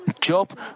Job